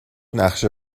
نقشه